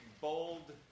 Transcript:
bold